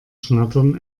schnattern